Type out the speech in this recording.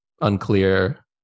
unclear